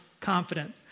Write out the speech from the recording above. confident